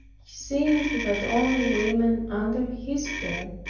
seeing he had only women under his care,